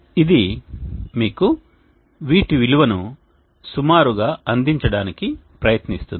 ఇది మీకు వీటి విలువను సుమారుగా అందించడానికి ప్రయత్నిస్తుంది